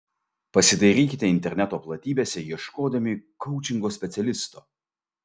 pasidairykite interneto platybėse ieškodami koučingo specialisto